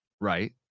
Right